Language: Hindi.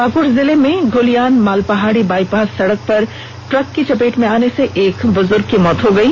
पाकुड़ जिले में धूलियान मालपहाड़ी बाईपास सड़क पर ट्रक की चपेट में आने से एक बुजुर्ग की मौत हो गयी